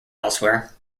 elsewhere